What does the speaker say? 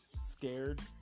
scared